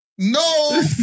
No